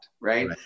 right